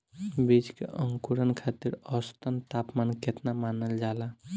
बीज के अंकुरण खातिर औसत तापमान केतना मानल जाला?